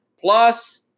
plus